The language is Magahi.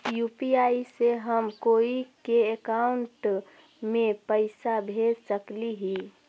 यु.पी.आई से हम कोई के अकाउंट में पैसा भेज सकली ही?